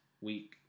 week